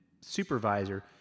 supervisor